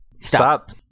Stop